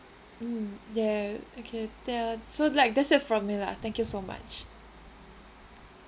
mm ya okay tell so like that's it from me lah thank you so much